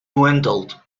dwindled